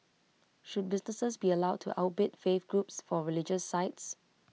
should businesses be allowed to outbid faith groups for religious sites